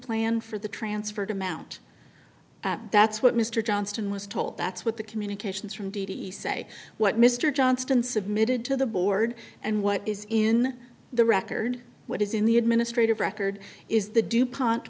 plan for the transferred amount that's what mr johnston was told that's what the communications from d d e say what mr johnston submitted to the board and what is in the record what is in the administrative record is the dupont